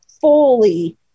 fully